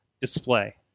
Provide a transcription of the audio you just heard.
display